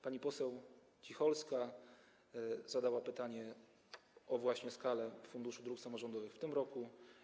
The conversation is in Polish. Pani poseł Cicholska zadała pytanie o skalę Funduszu Dróg Samorządowych w tym roku.